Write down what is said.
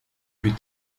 plus